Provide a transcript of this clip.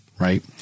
right